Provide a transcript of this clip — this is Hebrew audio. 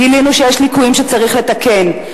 גילינו שיש ליקויים שצריך לתקן.